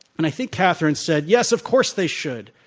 and i think catherine said, yes, of course they should.